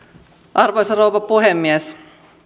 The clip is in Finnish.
arvoisa rouva puhemies